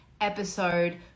episode